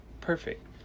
Perfect